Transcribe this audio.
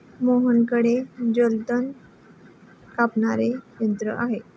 मोहनकडे जलतण कापणारे यंत्र आहे